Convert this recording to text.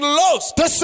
lost